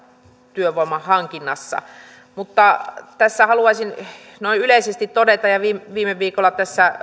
työvoiman hankinnassa mutta tässä haluaisin noin yleisesti todeta ja viime viime viikolla